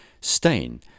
Stain